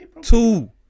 Two